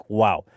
wow